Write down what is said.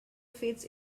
feeds